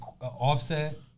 offset